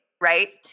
right